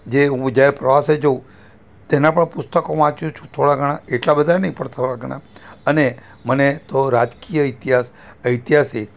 જે હું જ્યારે પ્રવાસે જઉં તેના પણ પુસ્તકો વાંચું છું થોડા ઘણા એટલા બધા નહીં પણ થોડા ઘણા અને મને તો રાજકીય ઇતિહાસ ઐતિહાસિક